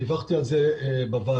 דיווחתי על זה בוועדה,